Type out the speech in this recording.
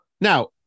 Now